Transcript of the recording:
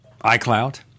iCloud